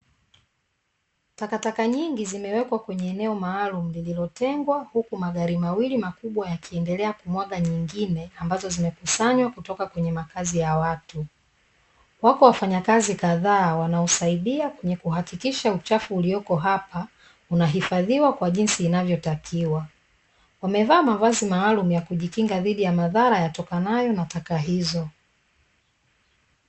Takataka nyingi zimewekwa kwenye eneo maalumu lililotengwa huku magari mawili makubwa yakiendelea kumwaga nyingine ambazo zimekusanywa kutoka kwenye makazi ya watu. Wapo wafanyakazi kadhaa wanaosaidia ili kuhakikisha uchaguzi ulioko hapa unahifadhiwa kwa jinsi inayotakiwa. Wamevaa mavazi maalumu ya kujikinga dhidi ya madhara yatokanayo na taka hizo.